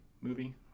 movie